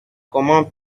comment